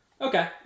Okay